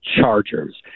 Chargers